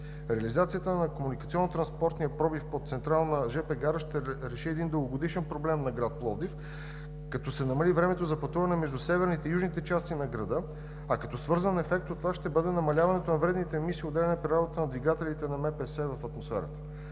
Реализацията на комуникационно-транспортния пробив под Централна жп гара ще реши един дългогодишен проблем на град Пловдив, като се намали времето за пътуване между северните и южните части на града, а като свързан ефект от това ще бъде намаляването на вредните емисии, отделяни при работата на двигателите на МПС в атмосферата.